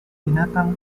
binatang